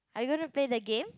are you going to play the game